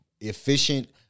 efficient